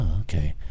okay